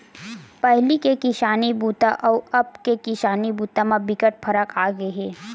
पहिली के किसानी बूता अउ अब के किसानी बूता म बिकट फरक आगे हे